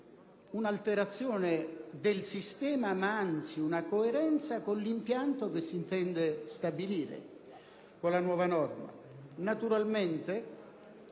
un'alterazione del sistema, ma anzi una coerenza con l'impianto che si intende stabilire con la nuova norma. Naturalmente,